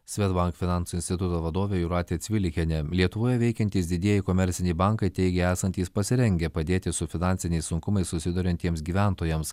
swedbank finansų instituto vadovė jūratė cvilikienė lietuvoje veikiantys didieji komerciniai bankai teigia esantys pasirengę padėti su finansiniais sunkumais susiduriantiems gyventojams